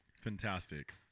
Fantastic